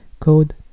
code